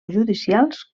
judicials